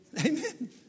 Amen